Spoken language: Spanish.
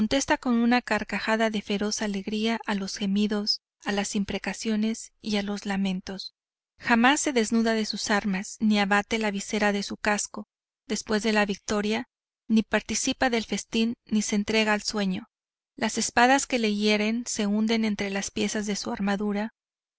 con una carcajada de feroz alegría a los gemidos las imprecaciones y los lamentos jamás se desnuda de sus armas ni abate la visera de su casco después de la victoria ni participa del festín ni se entrega al sueño las espadas que le hieren se hunden entre las piezas de su armadura